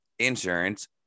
Insurance